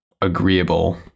agreeable